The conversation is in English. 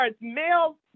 male